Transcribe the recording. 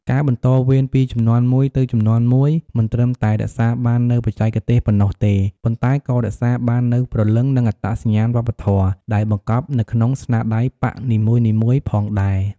ការបន្តវេនពីជំនាន់មួយទៅជំនាន់មួយ មិនត្រឹមតែរក្សាបាននូវបច្ចេកទេសប៉ុណ្ណោះទេ ប៉ុន្តែក៏រក្សាបាននូវ ព្រលឹង និងអត្តសញ្ញាណវប្បធម៌ ដែលបង្កប់នៅក្នុងស្នាដៃប៉ាក់នីមួយៗផងដែរ។